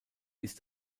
ist